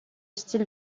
style